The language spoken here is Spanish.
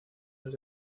los